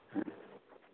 ᱦᱮᱸ